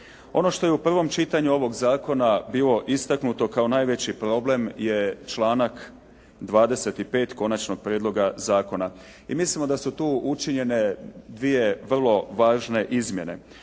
Ono što je u prvom čitanju ovog zakona bilo istaknuto kao najveći problem je članak 25. konačnog prijedloga zakona. I mislimo da su tu učinjene dvije vrlo važne izmjene.